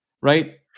right